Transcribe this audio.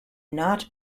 not